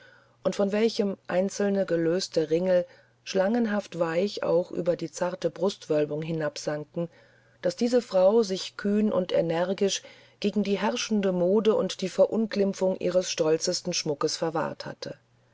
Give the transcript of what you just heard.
und von welchem einzelne gelöste ringel schlangenhaft weich auch über die zarte brustwölbung hinabsanken daß diese frau sich kühn und energisch gegen die herrschende mode und die verunglimpfung ihres stolzesten schmuckes verwahrt habe